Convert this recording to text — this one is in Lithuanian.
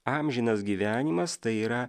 amžinas gyvenimas tai yra